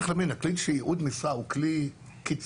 צריך להבין, הכלי של ייעוד משרה הוא כלי קיצוני.